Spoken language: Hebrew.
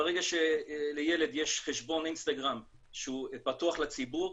ברגע שלילד יש חשבון אינסטגרם שהוא פתוח לציבור,